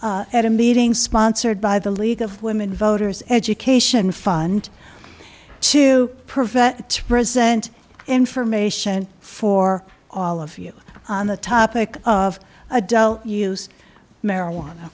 at a meeting sponsored by the league of women voters education fund to prevent the to present information for all of you on the topic of adult use marijuana